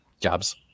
jobs